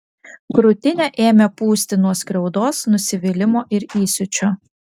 krūtinę ėmė pūsti nuo skriaudos nusivylimo ir įsiūčio